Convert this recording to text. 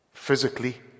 Physically